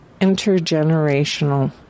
intergenerational